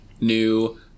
new